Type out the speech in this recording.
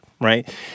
right